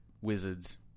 Wizards